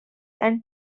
and